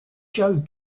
joe